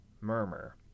Murmur